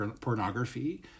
pornography